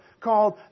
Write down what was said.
called